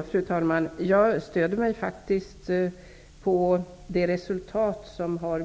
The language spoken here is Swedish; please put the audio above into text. Fru talman! Jag stöder mig faktiskt på resultaten av